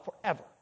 forever